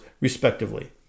respectively